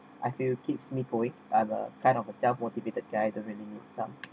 I feel keeps me going and a kind of a self motivated guy that really need myself